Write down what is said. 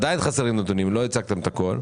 עדיין חסרים נתונים, לא הצגתם את הכול.